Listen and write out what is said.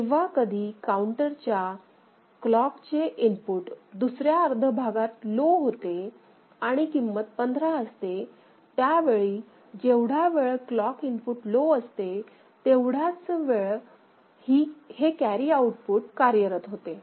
जेव्हा कधी काउंटर च्या क्लॉकचे इनपुट दुसऱ्या अर्ध भागात लो होते आणि किंमत 15 असते त्यावेळी जेवढा वेळ क्लॉक इनपुट लो असते फक्त तेवढाच वेळ हे कॅरी आउटपुट कार्यरत होते